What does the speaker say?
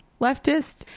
leftist